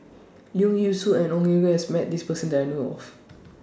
Leong Yee Soo and Ong has Met This Person that I know of